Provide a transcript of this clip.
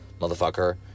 motherfucker